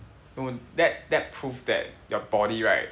that that prove that your body right